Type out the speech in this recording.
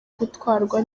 gutwarwa